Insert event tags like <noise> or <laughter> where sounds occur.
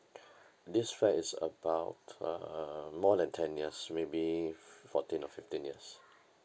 <breath> this flat is about uh more than ten years maybe f~ fourteen or fifteen years